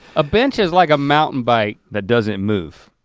a bench is like a mountain bike that doesn't move.